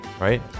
right